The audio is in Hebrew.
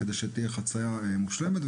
כדי שתתאפשר הליכה בטוחה ומסודרת.